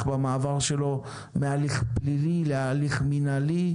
במעבר שלו מהליך פלילי להליך מינהלי,